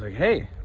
hey!